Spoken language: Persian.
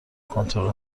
کنترل